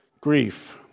grief